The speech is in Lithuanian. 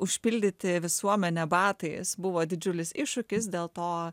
užpildyti visuomenę batais buvo didžiulis iššūkis dėl to